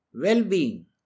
well-being